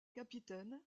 capitaine